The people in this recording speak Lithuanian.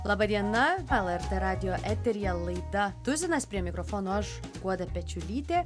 laba diena lrt radijo eteryje laida tuzinas prie mikrofono aš guoda pečiulytė